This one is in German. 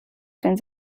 den